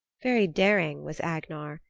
very daring was agnar,